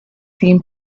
seem